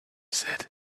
said